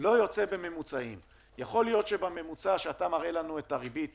26 באפריל 2020. נושא הדיון הוא התנהלות הבנקים והמדיניות